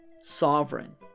sovereign